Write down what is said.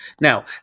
Now